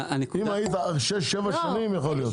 אם הייתי כבר שש או שבע שנים אז יכול להיות.